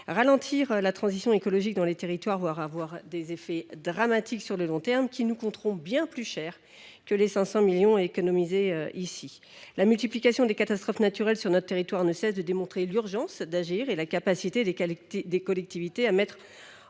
Ralentir la transition écologique dans les territoires aura des effets dramatiques sur le long terme, qui nous coûteront bien plus cher que les 500 millions d’euros économisés ici. La multiplication des catastrophes naturelles en France ne cesse de démontrer l’urgence d’agir, ainsi que la capacité des collectivités à mettre en